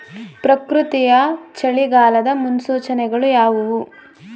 ಪ್ರಕೃತಿಯ ಚಳಿಗಾಲದ ಮುನ್ಸೂಚನೆಗಳು ಯಾವುವು?